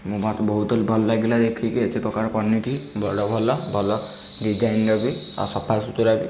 ମୁଁ ମୋତେ ବହୁତ ଭଲ ଲାଗିଲା ଦେଖିକି ଏତେ ପ୍ରକାର ପନିକି ଭଲ ଭଲ ଭଲ ଡ଼ିଜାଇନର ବି ଆଉ ସଫା ସୁତୁରା ବି